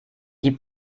die